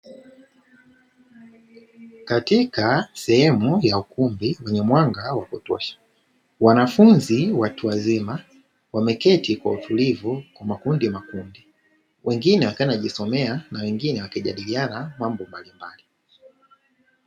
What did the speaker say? Katika sehemu ya ukumbi yenye mwanga wa kutosha, wanafunzi watu wazima wameketi kwa utulivu kwa makundimakundi, wengine wakiwa wanajisomea na wengine wakijadiliana mambo mbalimbali.